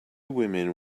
women